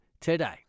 today